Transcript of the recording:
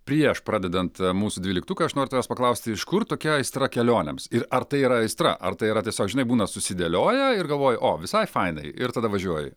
prieš pradedant mūsų dvyliktuką aš noriu tavęs paklausti iš kur tokia aistra kelionėms ir ar tai yra aistra ar tai yra tiesiog žinai būna susidėlioja ir galvoja o visai fainai ir tada važiuoji